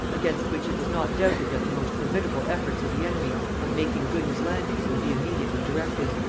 against which it was not doubted that the most formidable efforts of the enemy on making good his landing would be immediately directed.